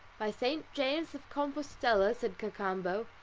by st. james of compostella, said cacambo,